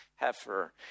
Heifer